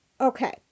Okay